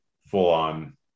full-on